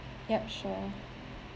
yup sure